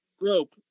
rope